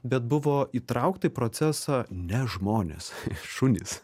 bet buvo įtraukti į procesą ne žmonės šunys